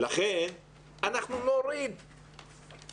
ושלא יהפכו להם את